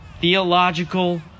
theological